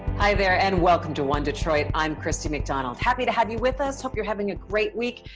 hi there and welcome to one detroit, i'm christy mcdonald. happy to have you with us, hope you're having a great week,